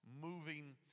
moving